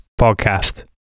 podcast